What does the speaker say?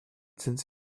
since